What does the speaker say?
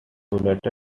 desolate